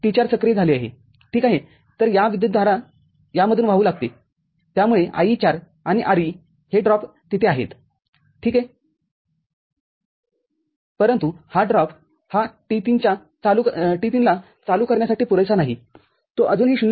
T4सक्रिय झाले आहे ठीक आहेतर विद्युतधारा यामधून वाहू लागते त्यामुळे IE४ आणि Re हे ड्रॉपतिथे आहेत ठीक आहेपरंतु हा ड्रॉप हा T3चालू करण्यासाठी पुरेसा नाहीतो अजूनही ०